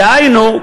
דהיינו,